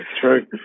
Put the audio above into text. True